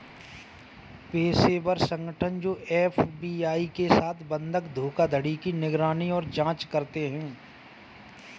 पेशेवर संगठन जो एफ.बी.आई के साथ बंधक धोखाधड़ी की निगरानी और जांच करते हैं